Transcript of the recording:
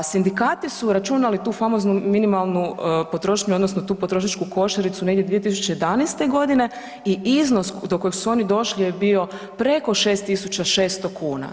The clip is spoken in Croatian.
Sindikati su računali tu famoznu minimalnu potrošnju odnosno tu potrošačku košaricu negdje 2011. godine i iznos do kojeg su oni došli je bio preko 6.600 kuna.